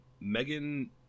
Megan